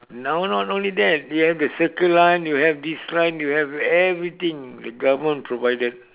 now not only that they have the circle line you have this line you have everything the government provided